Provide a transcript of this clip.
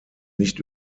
nicht